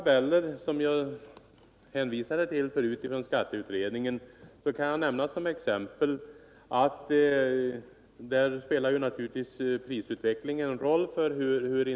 blir lättnaden 737 kr.